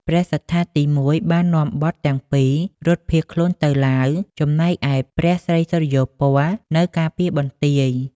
ព្រះសត្ថាទី១ បាននាំបុត្រទាំងពីររត់ភៀសខ្លួនទៅឡាវ ចំណែកឯព្រះស្រីសុរិយោពណ៌នៅការពារបន្ទាយ។